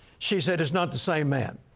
she said, it's not the same man.